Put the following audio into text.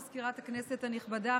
מזכירת הכנסת הנכבדה,